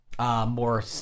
More